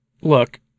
Look